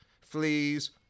Fleas